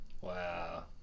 wow